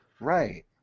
Right